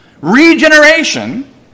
regeneration